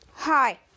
hi